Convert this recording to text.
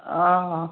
অঁ